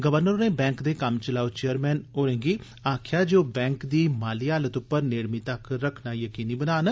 governor होरें bank दे कम्मचलाऊ चेयरमैन होरें गी आक्खेया जे ओ बैंक दी माली हालत पर नेड़मी तक्क रखना यकीनी बनान